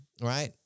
right